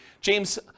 James